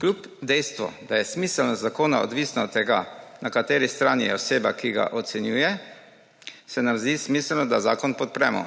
Kljub dejstvu, da je smiselnost zakona odvisna od tega, na kateri strani je oseba, ki ga ocenjuje, se nam zdi smiselno, da zakon podpremo.